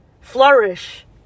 Flourish